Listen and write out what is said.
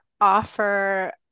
offer